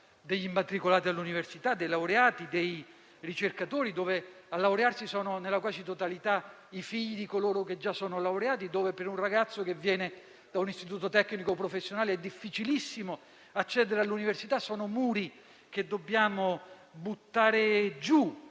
degli immatricolati all'università, dei laureati e dei ricercatori, dove a laurearsi sono nella quasi totalità i figli di coloro che già sono laureati, dove per un ragazzo che viene da un istituto tecnico o professionale è difficilissimo accedere all'università. Sono muri che dobbiamo buttare giù